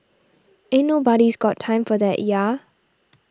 ain't nobody's got time for that ya